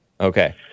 Okay